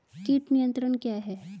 कीट नियंत्रण क्या है?